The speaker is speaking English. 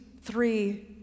three